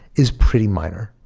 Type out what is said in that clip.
is pretty minor.